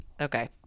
Okay